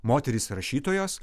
moterys rašytojos